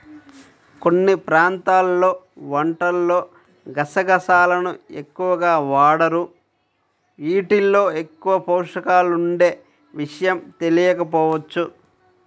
కొన్ని ప్రాంతాల్లో వంటల్లో గసగసాలను ఎక్కువగా వాడరు, యీటిల్లో ఎక్కువ పోషకాలుండే విషయం తెలియకపోవచ్చు